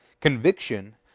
Conviction